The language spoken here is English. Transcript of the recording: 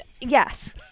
Yes